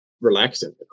relaxing